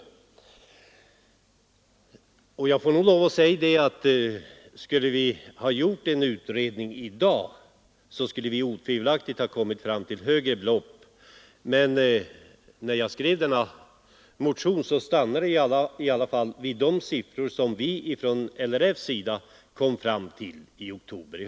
Om vi skulle gjort en utredning i dag skulle vi otvivelaktigt kommit fram till högre belopp, men när jag skrev motionen stannade jag vid de siffror som vi från LRF:s sida kom fram till i oktober.